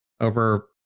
over